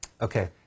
Okay